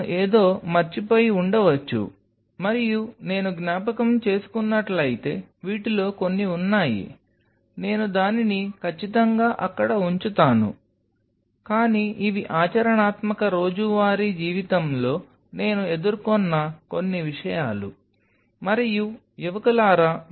కాబట్టి ట్రిక్ లో పడకండి